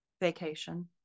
vacation